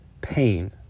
pain